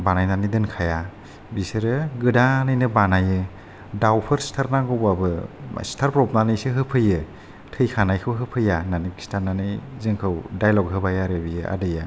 बानायनानै दोनखाया बिसोरो गोदानैनो बानायो दावफोर सिथार नांगौबाबो सिथारब्र'बनानैसो होफैयो थैखानायखौ होफैया होननानै खिन्थानानै जोंखौ दाइलग होबाय आरो आदैया